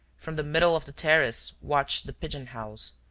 from the middle of the terrace watched the pigeon-house,